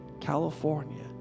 California